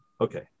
Okay